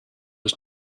was